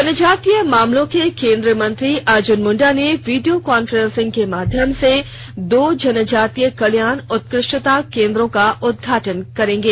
जनजातीय मामलों के केन्द्रीय मंत्री अर्जुन मुंडा ने वीडियो कॉन्फ्रेंसिंग के माध्यम से दो जनजातीय कल्याण उत्कृष्टता केन्द्रों का उदघाटन करेंगे